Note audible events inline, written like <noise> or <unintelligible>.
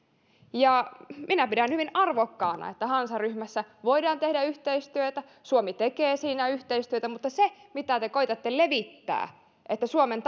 ja minä pidän hyvin arvokkaana että hansaryhmässä voidaan tehdä yhteistyötä suomi tekee siinä yhteistyötä mutta se mitä te koetatte levittää että suomen <unintelligible>